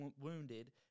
wounded